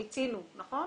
מיצינו, נכון?